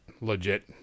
legit